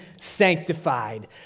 sanctified